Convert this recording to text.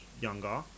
younger